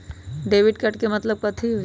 Debit card के मतलब कथी होई?